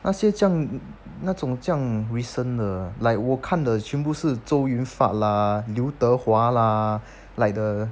那些这样那种这样 recent 的 like 我看的全部是周韵发啦刘德华啦 like the